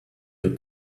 your